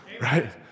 Right